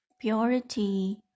purity